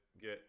get